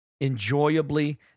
enjoyably